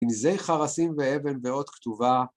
‫אם זה חרסים ואבן ואות כתובה.